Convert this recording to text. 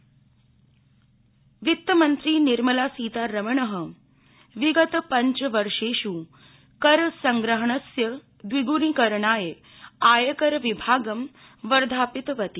वित्त्मन्त्री आयकरदिवस वित्तमन्त्री निर्मला सीतारमण विगत पञचपर्षेष् करसंग्रहणस्य द्विग्णीकरणाय आयकर विभागं वर्धापितवती